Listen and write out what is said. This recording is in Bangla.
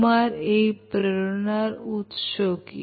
তোমার এই প্রেরণার উৎস কি